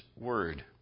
word